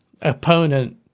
opponent